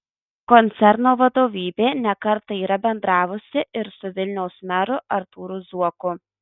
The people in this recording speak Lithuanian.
koncerno vadovybė ne kartą yra bendravusi ir su vilniaus meru artūru zuoku